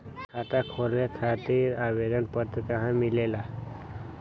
खाता खोले खातीर आवेदन पत्र कहा मिलेला?